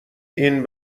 این